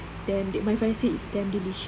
then my friend said it's damn delicious